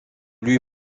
lui